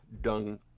Dung